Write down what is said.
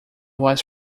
was